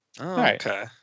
okay